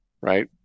right